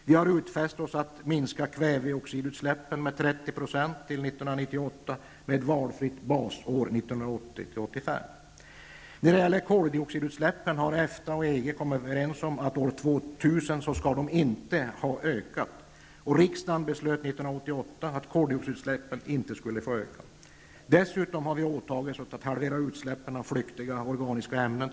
Vi har utfäst oss att minska kväveoxidutsläppen med 30 % När det gäller koldioxidutsläppen har EFTA och EG kommit överens om att utsläppen inte skall ha ökat år 2000. Riksdagen beslöt år 1988 att koldioxidutsläppen inte skulle få öka. Dessutom har vi åtagit oss att till år 2000 halvera utsläppen av flyktiga organiska ämnen.